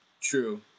True